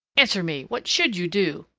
answer me! what should you do?